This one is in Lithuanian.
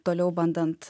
toliau bandant